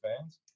fans